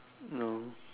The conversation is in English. no